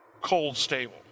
cold-stable